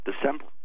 December